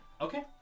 okay